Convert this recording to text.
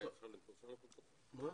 אפשר למחוא כפיים בוועדה?